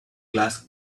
glass